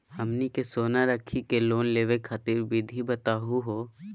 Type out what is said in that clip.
हमनी के सोना रखी के लोन लेवे खातीर विधि बताही हो?